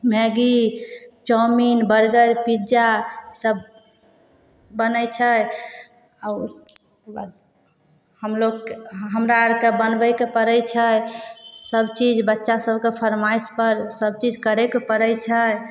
Maggi chowmein burger पिज्जासब बनै छै आओर ओहिके बाद हमलोक ह हमरा आओरके बनबैके पड़ै छै सबचीज बच्चासभके फरमाइशपर सबचीज करैके पड़ै छै